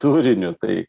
turiniu tai